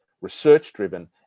research-driven